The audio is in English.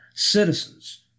citizens